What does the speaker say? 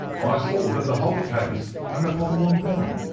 i saw that the whole case hung upon one point.